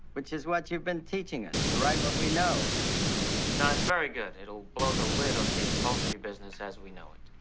which is what you've been teaching us to write. what we know no, it's very good. it'll blow the lid off the upholstery business as we know it.